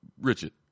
Richard